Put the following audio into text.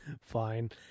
Fine